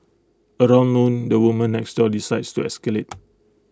around noon the woman next door decides to escalate